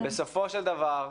בסופו של דבר,